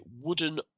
wooden